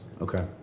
Okay